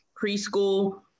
preschool